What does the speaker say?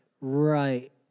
right